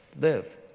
live